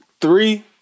three